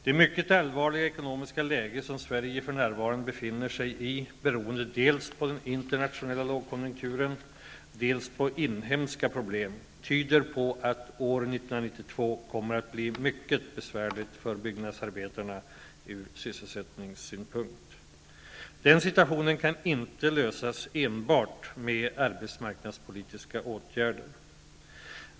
Det mycket allvarliga ekonomiska läge som Sverige för närvarande befinner sig i, beroende dels på den internationella lågkonjunkturen, dels på inhemska problem, tyder på att år 1992 kommer att bli mycket besvärligt för byggnadsarbetarna ur sysselsättningssynpunkt. Den situationen kan inte lösas enbart med arbetsmarknadspolitiska åtgärder.